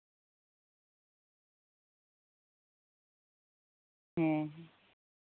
ᱦᱮᱸ